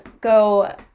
go